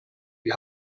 die